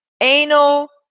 anal